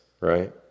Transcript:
right